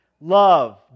love